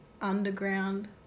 underground